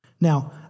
Now